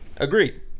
Agreed